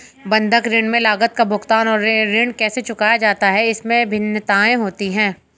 बंधक ऋण में लागत का भुगतान और ऋण कैसे चुकाया जाता है, इसमें भिन्नताएं होती हैं